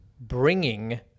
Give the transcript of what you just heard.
bringing